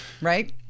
Right